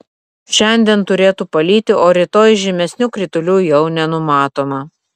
šiandien turėtų palyti o rytoj žymesnių kritulių jau nenumatoma